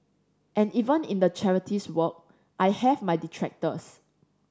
and even in the charities work I have my detractors